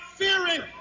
fearing